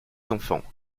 enfants